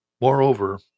Moreover